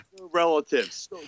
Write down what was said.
Relatives